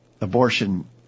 abortion